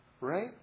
right